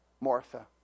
Martha